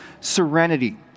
serenity